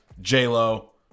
J-Lo